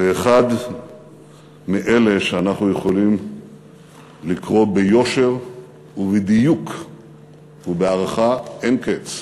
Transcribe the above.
אחד מאלה שאנחנו יכולים לקרוא להם ביושר ובדיוק ובהערכה אין-קץ: